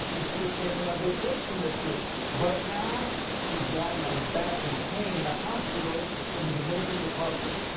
he took his family on vacation this week. but now he's lying on his back in pain in a hospital in the dominican republic.